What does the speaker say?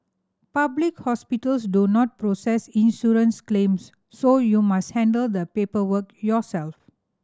public hospitals do not process insurance claims so you must handle the paperwork yourself